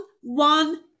one